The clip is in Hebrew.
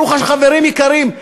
חברים יקרים,